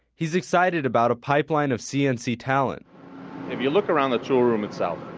he's excited about a pipeline of cnc talent if you look around the tool room itself,